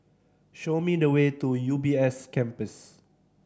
show me the way to U B S Campus